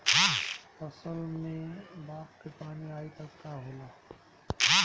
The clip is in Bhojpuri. फसल मे बाढ़ के पानी आई त का होला?